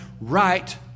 right